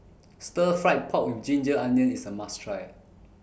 Stir Fried Pork with Ginger Onions IS A must Try